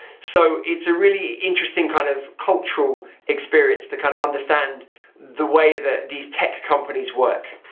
so it's a really interesting kind of cultural experience to kind of understand the way that these tech companies work.